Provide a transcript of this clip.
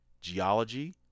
geology